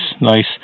nice